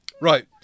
Right